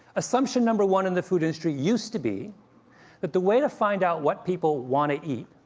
assumption number one in the food industry used to be that the way to find out what people want to eat,